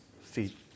feet